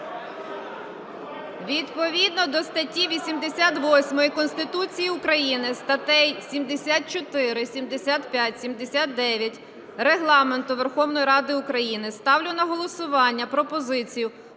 Відповідно до статті 88 Конституції України, статей 74, 75, 79 Регламенту Верховної Ради України ставлю на голосування пропозицію